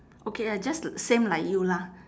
okay I just same like you lah